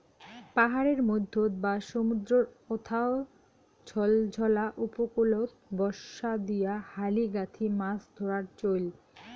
পাহাড়ের মইধ্যত বা সমুদ্রর অথাও ঝলঝলা উপকূলত বর্ষা দিয়া হালি গাঁথি মাছ ধরার চইল